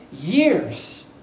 years